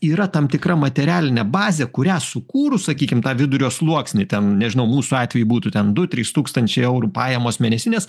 yra tam tikra materialinė bazė kurią sukūrus sakykim tą vidurio sluoksnį ten nežinau mūsų atveju būtų ten du trys tūkstančiai eurų pajamos mėnesinės